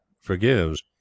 forgives